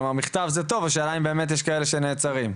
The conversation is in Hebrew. מכתב זה טוב, השאלה אם יש כאלה שנעצרים.